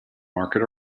market